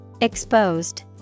Exposed